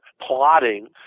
plotting